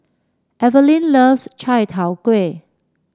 Evalyn loves Chai Tow Kuay